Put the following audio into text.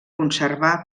conservar